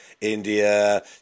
India